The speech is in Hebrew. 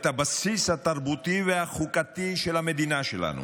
את הבסיס התרבותי והחוקתי של המדינה שלנו,